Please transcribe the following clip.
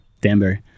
Danbury